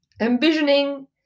envisioning